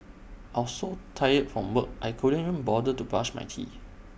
I was so tired from work I couldn't even bother to brush my teeth